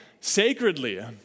sacredly